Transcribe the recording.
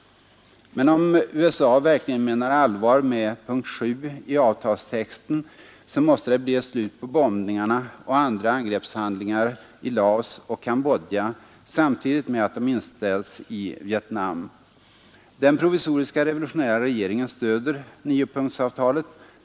Men om USA verkligen menar allvar med punkt 7 i avtalstexten så måste det bli ett slut på bombningarna och andra angreppshandlingar i Laos och Cambodja samtidigt med att de inställs i Vietnam. Den provisoriska revolutionära regeringen stöder niopunktsavtalet.